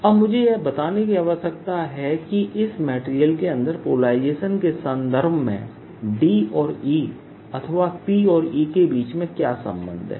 अब मुझे यह बताने की आवश्यकता है कि इस मटेरियल के अंदर पोलराइजेशन के संदर्भ में Dऔर Eअथवा Pऔर Eके बीच क्या संबंध है